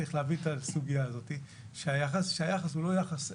צריך להביא את הסוגיה הזאת שהיחס הוא לא יחס שווה.